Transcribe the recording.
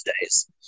days